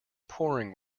pouring